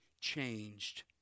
changed